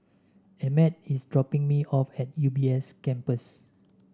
Emett is dropping me off at U B S Campus